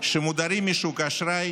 שמודרים משוק האשראי